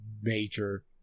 major